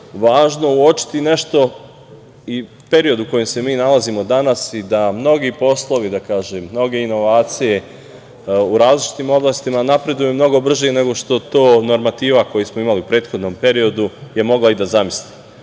važno uočiti nešto i period u kojem se mi nalazimo danas i da mnogi poslovi, mnoge inovacije u različitim oblastima napreduju mnogo brže nego što to normativa koju smo imali u prethodnom periodu je mogla i da zamisli. Sada